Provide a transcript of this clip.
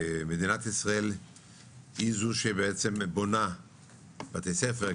מדינת ישראל היא זו שבעצם בונה בתי ספר,